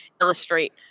illustrate